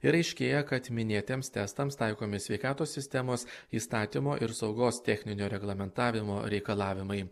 ir aiškėja kad minėtiems testams taikomi sveikatos sistemos įstatymo ir saugos techninio reglamentavimo reikalavimai